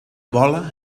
vola